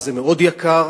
שזה מאוד יקר,